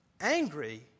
angry